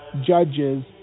judges